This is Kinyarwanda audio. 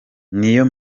niyo